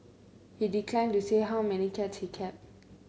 he declined to say how many cats he kept